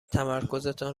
تمرکزتان